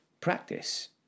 practice